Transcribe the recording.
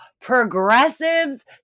progressives